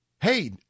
Hey